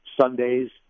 Sundays